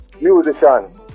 musician